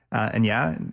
and yeah,